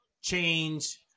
change